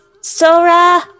Sora